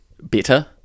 better